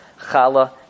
Chala